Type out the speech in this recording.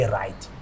right